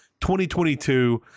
2022